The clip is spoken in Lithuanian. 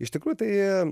iš tikrųjų tai